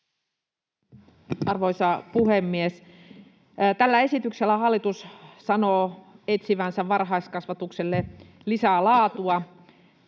Arvoisa puhemies! Tällä esityksellä hallitus sanoo etsivänsä varhaiskasvatukselle lisää laatua,